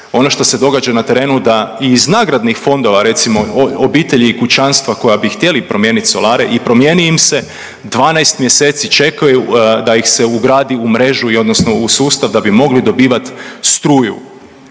ono što se događa na terenu da i iz nagradnih fondova recimo obitelji i kućanstva koja bi htjeli promijenit solare i promijeni im se, 12 mjeseci čekaju da ih se ugradi u mrežu i odnosno u sustav da bi mogli dobivat struju.